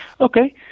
okay